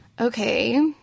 okay